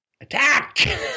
Attack